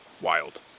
wild